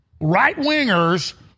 right-wingers